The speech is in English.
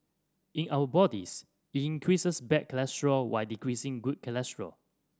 in our bodies it increases bad cholesterol while decreasing good cholesterol